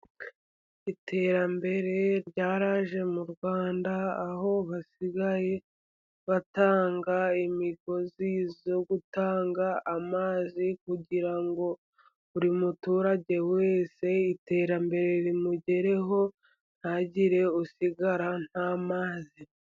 Iterambere ryaraje mu Rwanda, aho basigaye batanga imigozi yo gutanga amazi. Kugira ngo buri muturage wese iterambere rimugereho, ntihagire usigara nta mazi.